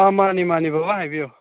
ꯑꯥ ꯃꯥꯅꯤ ꯃꯥꯅꯤ ꯕꯕꯥ ꯍꯥꯏꯕꯤꯌꯨ